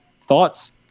Thoughts